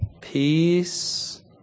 peace